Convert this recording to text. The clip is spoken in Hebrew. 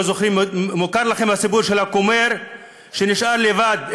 או מוכר לכם הסיפור של הכומר שנשאר לבד,